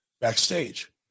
Backstage